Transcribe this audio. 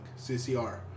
CCR